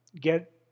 get